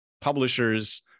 publishers